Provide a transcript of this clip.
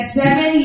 seven